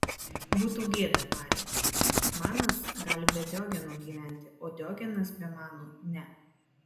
būtų gėda tarė manas gali be diogeno gyventi o diogenas be mano ne